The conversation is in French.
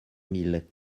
mille